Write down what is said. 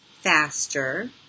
faster